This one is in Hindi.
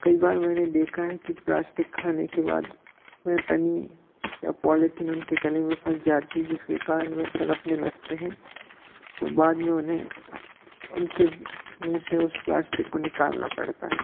कई बार मैंने देखा है कि प्लास्टिक खाने के बाद वह पानी या पॉलिथीन उनके गले में फँस जाती है जिसके कारण वह तड़पने लगते हैं और बाद में उन्हें उनके मुँह से उस प्लास्टिक को निकालना पड़ता है